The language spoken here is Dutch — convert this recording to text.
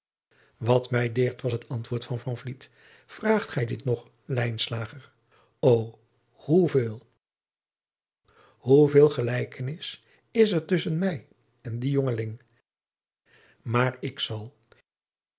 wat mij deert was het antwoord van van vliet vraagt gij dit nog lijnslager o hoeveel hoeveel gelijkenis is er tusschen mij en dien jongeling maar ik zal